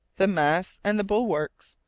the masts, and the bulwarks.